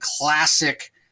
classic